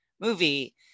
movie